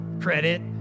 Credit